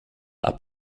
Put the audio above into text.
are